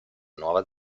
nuova